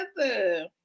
together